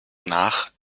nach